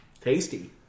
Tasty